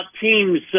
teams